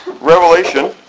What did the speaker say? Revelation